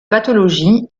pathologie